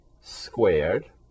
squared